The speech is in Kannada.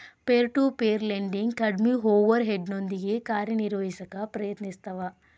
ಪೇರ್ ಟು ಪೇರ್ ಲೆಂಡಿಂಗ್ ಕಡ್ಮಿ ಓವರ್ ಹೆಡ್ನೊಂದಿಗಿ ಕಾರ್ಯನಿರ್ವಹಿಸಕ ಪ್ರಯತ್ನಿಸ್ತವ